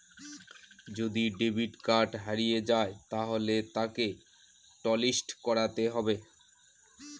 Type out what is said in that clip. যদি debit card হারিয়ে যায় তাহলে তাকে টলিস্ট করাতে হবে